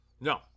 No